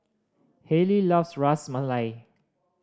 Halley loves Ras Malai